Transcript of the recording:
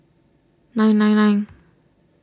nine nine nine